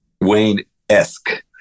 wayne-esque